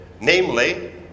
namely